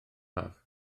haf